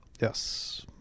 Yes